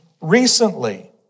recently